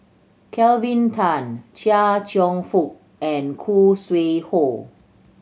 Kelvin Tan Chia Cheong Fook and Khoo Sui Hoe